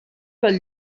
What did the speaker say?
del